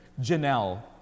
Janelle